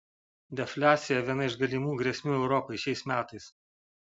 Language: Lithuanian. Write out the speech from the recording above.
defliacija viena iš galimų grėsmių europai šiais metais